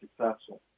successful